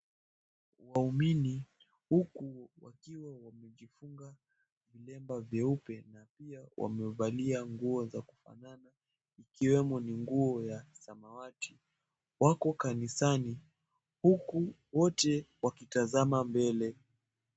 Waumini, huku wakiwa wamejifunga vilemba vyeupe, na pia wamevalia nguo za kufanana. Ikiwemo ni nguo ya samawati. Wako kanisani, huku wote wakitazama mbele.